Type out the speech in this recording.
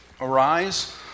Arise